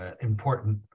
important